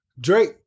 Drake